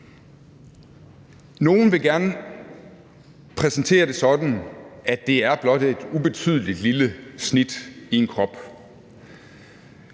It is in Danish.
Nogle vil gerne præsentere det sådan, at det blot er et lille, ubetydeligt snit i en krop,